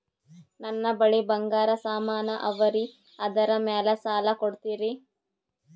ನನ್ನ ಬಳಿ ಬಂಗಾರ ಸಾಮಾನ ಅವರಿ ಅದರ ಮ್ಯಾಲ ಸಾಲ ಕೊಡ್ತೀರಿ?